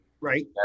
right